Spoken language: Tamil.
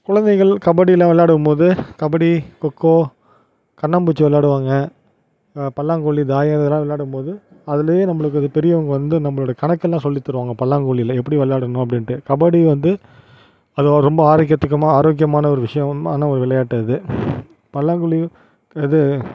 குழந்தைகள் கபடிலாம் விளாடும்போது கபடி கொக்கோ கண்ணாம்பூச்சி விளாடுவாங்க பல்லாங்குழி தாயம் இதெல்லாம் விளாடும்போது அதிலியே நம்பளுக்கு இது பெரியவங்க வந்து நம்பளோடய கணக்கெலாம் சொல்லி தருவாங்க பல்லாங்குழியில் எப்படி விளாடணும் அப்படின்ட்டு கபடி வந்து அது ரொம்ப ஆரோக்கியத்துக்குமா ஆரோக்கியமான ஒரு விஷயோமான விளையாட்டு அது பல்லாங்குழி இப்போ இது